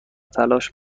تلاش